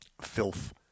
filth